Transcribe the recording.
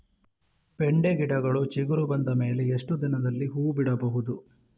ಬೆಂಡೆ ಗಿಡಗಳು ಚಿಗುರು ಬಂದ ಮೇಲೆ ಎಷ್ಟು ದಿನದಲ್ಲಿ ಹೂ ಬಿಡಬಹುದು?